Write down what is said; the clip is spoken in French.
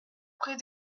près